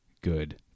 good